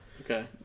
okay